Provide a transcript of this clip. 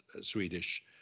Swedish